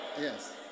yes